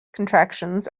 contractions